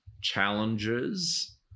challenges